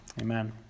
amen